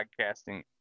podcasting